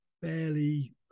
fairly